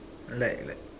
like like